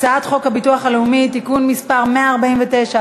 הצעת חוק הביטוח הלאומי (תיקון מס' 149),